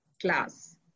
class